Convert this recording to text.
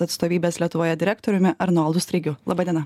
atstovybės lietuvoje direktoriumi arnoldu straigiu laba diena